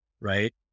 right